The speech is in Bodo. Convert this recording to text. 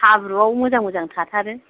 हाब्रुआव मोजां मोजां थाथारो